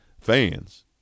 fans